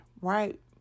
right